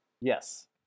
Yes